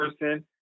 person